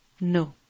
No